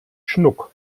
schnuck